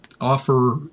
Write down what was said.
offer